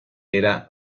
era